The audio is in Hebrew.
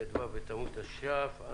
ט"ו בתמוז התש"ף.